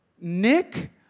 nick